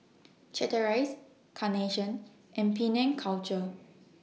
Chateraise Carnation and Penang Culture